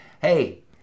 Hey